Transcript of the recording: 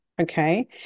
Okay